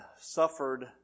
suffered